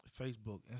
Facebook